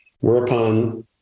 whereupon